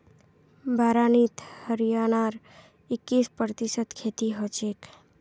बारानीत हरियाणार इक्कीस प्रतिशत खेती हछेक